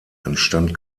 entstand